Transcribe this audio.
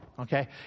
Okay